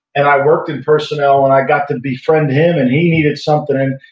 and i worked in personnel and i got to befriend him and he needed something.